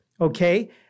okay